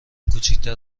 کوچیکتر